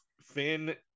Finn